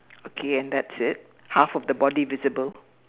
okay and that's it half of the body visible